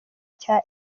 cya